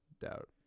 Doubt